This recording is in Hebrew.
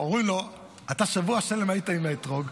אומרים לו: אתה שבוע שלם היית עם האתרוג,